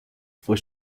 fue